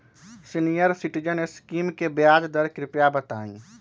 senior citizen scheme के ब्याज दर कृपया बताईं